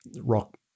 rock